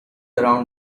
around